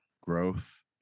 growth